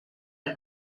del